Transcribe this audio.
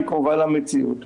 היא קרובה למציאות.